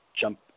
jump